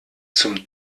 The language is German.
zum